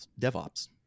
DevOps